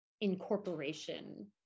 incorporation